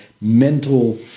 mental